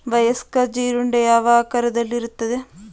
ವಯಸ್ಕ ಜೀರುಂಡೆ ಯಾವ ಆಕಾರದಲ್ಲಿರುತ್ತದೆ?